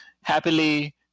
happily